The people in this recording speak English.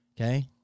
Okay